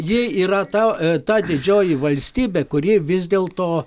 ji yra ta ta didžioji valstybė kuri vis dėlto